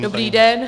Dobrý den.